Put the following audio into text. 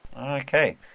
Okay